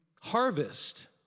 harvest